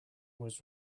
was